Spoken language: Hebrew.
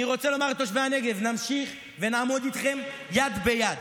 אני רוצה לומר לתושבי הנגב: נמשיך ונלך איתכם יד ביד.